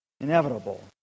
inevitable